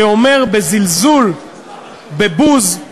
שאומר בזלזול, בבוז,